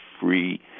free